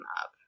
up